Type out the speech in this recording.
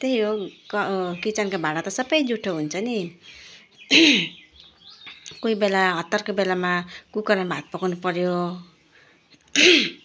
त्यही हो क किचनको भाँडा त सबै जुठो हुन्छ नि कोही बेला हतारको बेलामा कुकरमा भात पकाउनुपर्यो